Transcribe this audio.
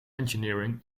engineering